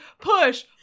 push